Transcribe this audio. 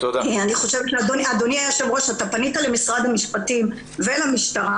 אדוני היושב ראש, אתה פנית למשרד המשפטים ולמשטרה.